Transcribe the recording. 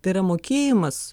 tai yra mokėjimas